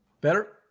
Better